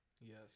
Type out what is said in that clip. Yes